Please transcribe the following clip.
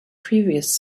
previous